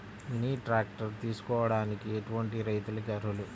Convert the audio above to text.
Mini tractor తీసుకోవడానికి ఎటువంటి రైతులకి అర్హులు?